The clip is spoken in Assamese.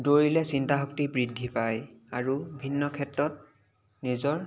দৌৰিলে চিন্তাশক্তি বৃদ্ধি পায় আৰু ভিন্ন ক্ষেত্ৰত নিজৰ